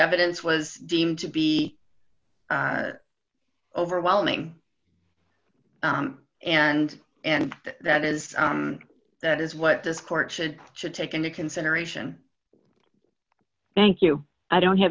evidence was deemed to be overwhelming and and that is that is what this court should should take into consideration thank you i don't have